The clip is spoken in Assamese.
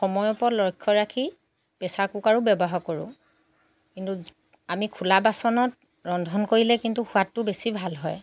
সময়ৰ ওপৰত লক্ষ্য ৰাখি প্ৰেচাৰ কুকাৰো ব্যৱহাৰ কৰোঁ কিন্তু আমি খোলা বাচনত ৰন্ধন কৰিলে কিন্তু সোৱাদটো বেছি ভাল হয়